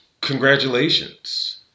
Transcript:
congratulations